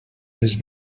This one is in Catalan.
les